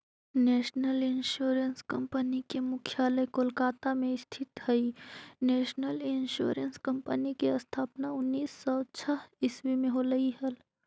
national Insurance Company के मुख्यालय कोलकाता में स्थित हइ नेशनल इंश्योरेंस कंपनी के स्थापना उन्नीस सौ छः ईसवी में होलई हल